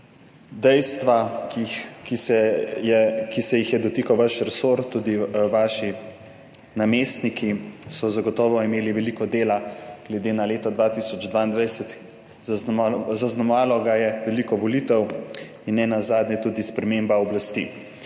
dejstva, ki se jih je dotaknil vaš resor. Tudi vaši namestniki so zagotovo imeli veliko dela glede na leto 2022, ki ga je zaznamovalo veliko volitev in nenazadnje tudi sprememba oblasti.